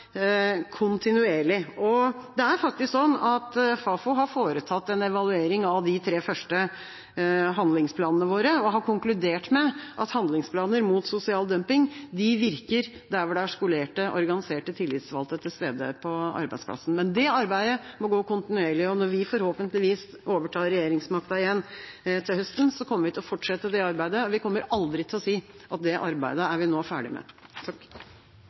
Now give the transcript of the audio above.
kontinuerlig. Fafo har foretatt en evaluering av de tre første handlingsplanene våre og konkludert med at handlingsplaner mot sosial dumping virker der det er skolerte organiserte tillitsvalgte til stede på arbeidsplassen. Men arbeidet må pågå kontinuerlig, og når vi forhåpentligvis overtar regjeringsmakta til høsten, kommer vi til å fortsette det arbeidet. Og vi kommer aldri til å si at det arbeidet er vi nå ferdig med.